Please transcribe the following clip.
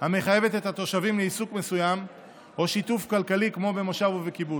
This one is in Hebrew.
המחייבת את התושבים לעיסוק מסוים או שיתוף כלכלי כמו במושב ובקיבוץ.